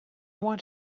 want